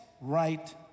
right